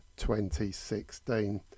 2016